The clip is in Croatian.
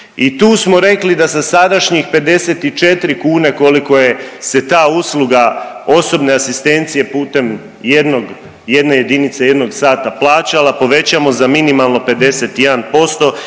i tu smo rekli da sa sadašnjih 54 kune koliko je se ta usluga osobne asistencije putem jednog, jedne jedinice i jednog sata plaćala povećamo za minimalno 51%